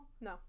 No